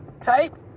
type